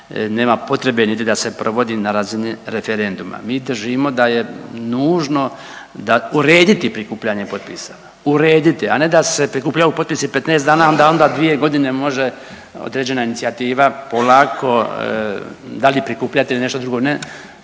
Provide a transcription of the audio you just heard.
nema potrebe niti da se provodi na razini referenduma. Mi držimo da je nužno da urediti prikupljanje potpisa, urediti, a ne da se prikupljaju potpisi 15 dana, a onda da 2 godine može određena inicijativa polako da li prikupljati ili nešto drugo ne,